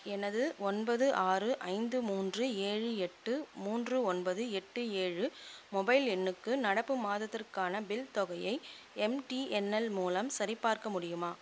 எனது ஒன்பது ஆறு ஐந்து மூன்று ஏழு எட்டு மூன்று ஒன்பது எட்டு ஏழு மொபைல் எண்ணுக்கு நடப்பு மாதத்திற்கான பில் தொகையை எம்டிஎன்எல் மூலம் சரிபார்க்க முடியுமா